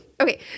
okay